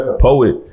poet